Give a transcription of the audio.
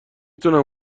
تونم